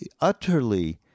utterly